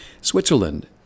Switzerland